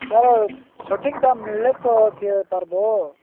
ତାର ସଠିକ୍ ଦାମ ମିଳିଲେ ତ ସିଏ ପାରିବ